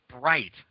bright